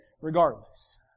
regardless